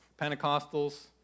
Pentecostals